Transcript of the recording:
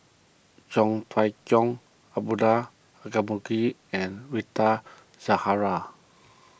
Chong Fah Cheong Abdullah and Rita Zahara